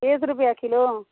बीस रुपया किलो